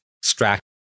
extract